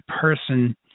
person